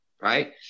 right